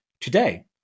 today